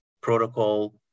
protocol